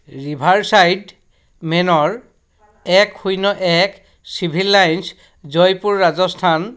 river side মেনৰ এক শূন্য এক চিভিল লাইন্স জয়পুৰ ৰাজস্থান